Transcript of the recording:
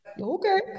okay